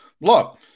Look